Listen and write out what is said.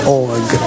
org